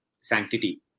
sanctity